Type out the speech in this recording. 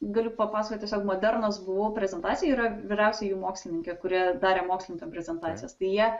galiu papasakot tiesiog modernos buvau prezentacijoj yra vyriausioji mokslininkė kuri darė mokslininkam prezentacijas tai jie